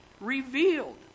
revealed